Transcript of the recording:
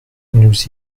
nous